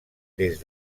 des